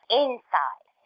inside